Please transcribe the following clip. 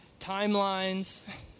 timelines